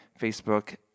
Facebook